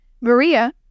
Maria